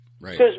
Right